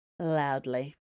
Loudly